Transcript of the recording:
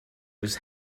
was